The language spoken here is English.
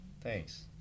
Thanks